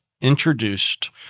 introduced